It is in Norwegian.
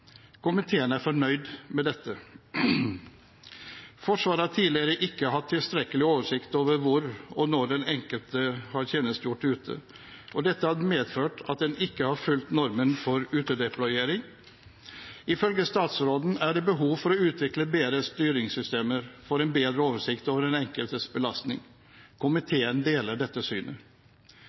Komiteen er fornøyd med dette. Forsvaret har tidligere ikke hatt tilstrekkelig oversikt over hvor og når den enkelte har tjenestegjort ute, og dette har medført at en ikke har fulgt normen for utedeployering. Ifølge statsråden er det behov for å utvikle bedre styringssystemer for å få en bedre oversikt over den enkeltes belastning. Komiteen deler dette synet.